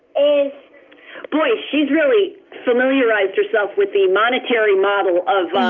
a boy he'd really familiarize yourself with the monetary model of